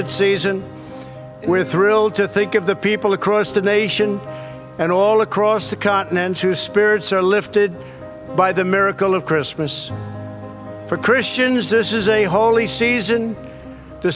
that season we're thrilled to think of the people across the nation and all across the continent who spirits are lifted by the miracle of christmas for christians this is a holy season the